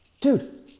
dude